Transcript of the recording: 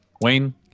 Wayne